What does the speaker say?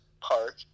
park